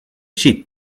she